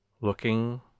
looking